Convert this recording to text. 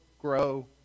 grow